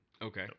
Okay